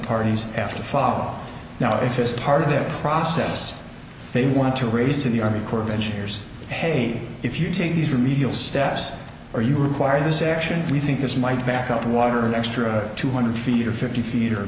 parties have to follow now if it's part of their process they want to raise to the army corps of engineers hey if you take these remedial steps or you require this action we think this might back up water an extra two hundred feet or fifty feet or